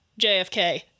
JFK